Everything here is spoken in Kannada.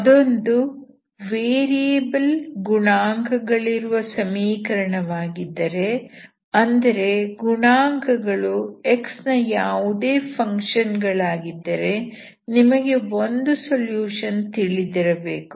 ಅದೊಂದು ವೇರಿಯಬಲ್ ಗುಣಾಂಕ ಗಳಿರುವ ಸಮೀಕರಣವಾಗಿದ್ದರೆ ಅಂದರೆ ಗುಣಾಂಕಗಳು x ನ ಯಾವುದೇ ಫಂಕ್ಷನ್ ಗಳಾಗಿದ್ದರೆ ನಿಮಗೆ ಒಂದು ಸೊಲ್ಯೂಷನ್ ತಿಳಿದಿರಬೇಕು